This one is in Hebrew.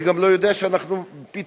אני גם לא יודע שאנחנו פתאום,